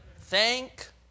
thank